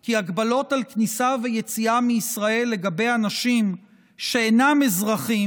כי הגבלות על כניסה ויציאה מישראל לגבי אנשים שאינם אזרחים